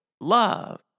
love